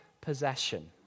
possession